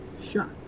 shot